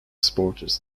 supporters